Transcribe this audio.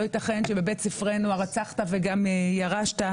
לא ייתכן שבבית ספרנו הרצחת וגם ירשת?